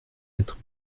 être